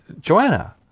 Joanna